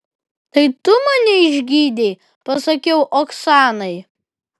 tai tu mane išgydei pasakiau oksanai